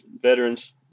veterans